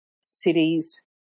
cities